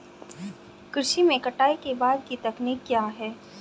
कृषि में कटाई के बाद की तकनीक क्या है?